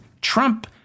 Trump